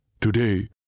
Today